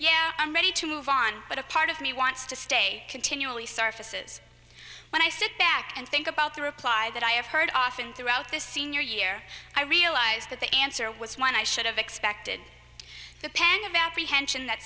yeah i'm ready to move on but a part of me wants to stay continually surfaces when i sit back and think about the reply that i have heard often throughout this senior year i realized that the answer was one i should have expected the pan of apprehension that